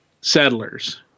settlers